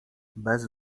bez